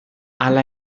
hala